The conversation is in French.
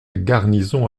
garnison